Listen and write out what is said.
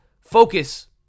Focus